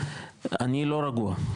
אני לא רגוע.